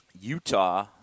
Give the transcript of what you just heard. Utah